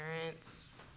parents